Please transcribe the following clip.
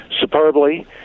superbly